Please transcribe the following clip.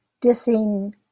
dissing